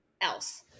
else